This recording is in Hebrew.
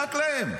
רק להם.